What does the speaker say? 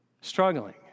Struggling